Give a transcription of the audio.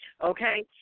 Okay